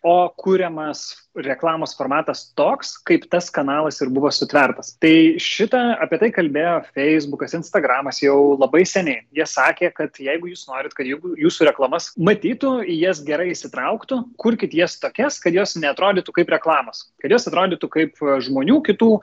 o kuriamas reklamos formatas toks kaip tas kanalas ir buvo sutvertas tai šita apie tai kalbėjo feisbukas instagramas jau labai seniai jie sakė kad jeigu jūs norit kad jeigu jūsų reklamas matytų į jas gerai įsitrauktų kurkit jas tokias kad jos neatrodytų kaip reklamos kad jos atrodytų kaip žmonių kitų